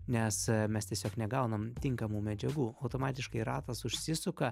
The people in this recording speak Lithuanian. nes mes tiesiog negaunam tinkamų medžiagų automatiškai ratas užsisuka